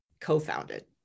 co-founded